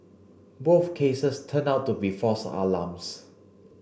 both cases turned out to be false alarms